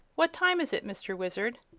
what time is it, mr. wizard?